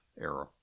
era